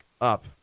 up